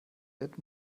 wird